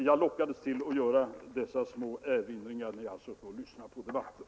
Jag lockades att göra dessa små erinringar när jag lyssnade på debatten.